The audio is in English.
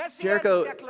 Jericho